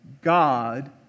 God